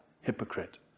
hypocrite